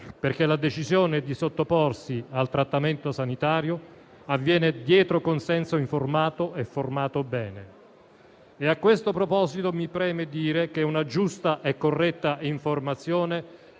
perché la decisione di sottoporsi al trattamento sanitario avviene dietro consenso informato e formato bene. A questo proposito, mi preme dire che una giusta e corretta informazione